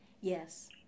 Yes